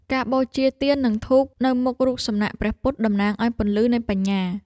ការបូជាទៀន និងធូបនៅមុខរូបសំណាកព្រះពុទ្ធ តំណាងឱ្យពន្លឺនៃបញ្ញា។